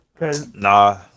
Nah